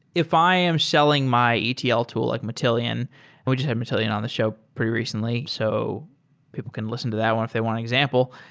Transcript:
if i am selling my etl tool like matillion we just had matillion on the show pretty recently. so people can listen to that one if they want an example.